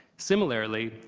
similarly,